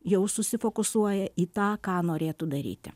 jau susifokusuoja į tą ką norėtų daryti